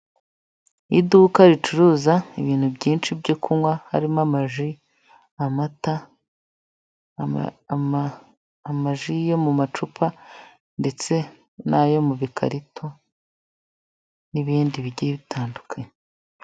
Iduka ricuruza ibintu byinshi byo kunywa, harimo amaji, amata, amaji yo mu macupa, ndetse n'ayo mu bikarito, n'ibindi bigiye bitandukanye.